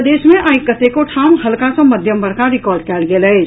प्रदेश मे आइ कतेको ठाम हल्का सँ मध्यम वर्षा रिकॉर्ड कयल गेल अछि